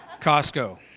Costco